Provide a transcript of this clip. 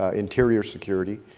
ah interior security.